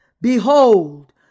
Behold